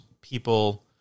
people